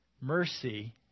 Mercy